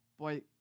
boy